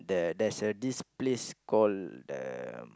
the there's a this place call the